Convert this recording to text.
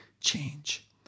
change